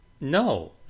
No